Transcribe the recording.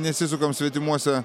nesisukam svetimuose